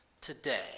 today